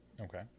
Okay